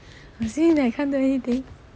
you see that you can't do anything